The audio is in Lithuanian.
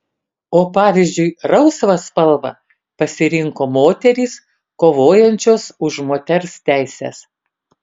o pavyzdžiui rausvą spalvą pasirinko moterys kovojančios už moters teises